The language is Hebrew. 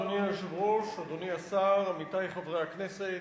אדוני היושב-ראש, אדוני השר, עמיתי חברי הכנסת,